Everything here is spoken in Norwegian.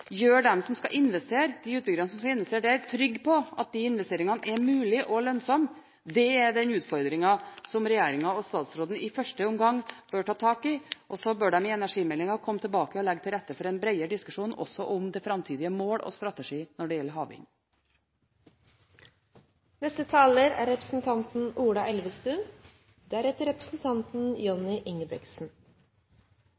de utbyggerne som skal investere der, trygge på at de investeringene er mulige og lønnsomme. Det er den utfordringen som regjeringen og statsråden i første omgang bør ta tak i. Så bør de i energimeldingen komme tilbake til og legge til rette for en bredere diskusjon også om framtidig mål og strategi når det gjelder